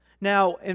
Now